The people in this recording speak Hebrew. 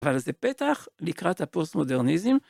אז זה פתח לקראת הפוסט-מודרניזם.